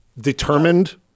determined